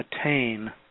attain